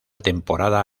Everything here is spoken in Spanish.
temporada